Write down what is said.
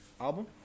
album